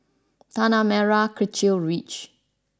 Tanah Merah Kechil Ridge